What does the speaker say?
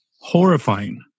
horrifying